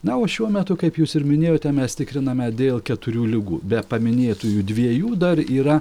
na o šiuo metu kaip jūs ir minėjote mes tikriname dėl keturių ligų be paminėtųjų dviejų dar yra